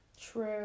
true